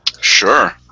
Sure